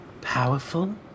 powerful